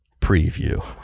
Preview